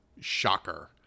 Shocker